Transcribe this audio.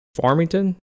Farmington